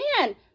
man